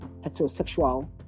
heterosexual